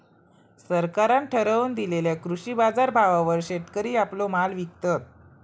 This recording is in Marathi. सरकारान ठरवून दिलेल्या कृषी बाजारभावावर शेतकरी आपलो माल विकतत